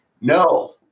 no